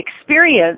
experience